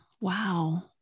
Wow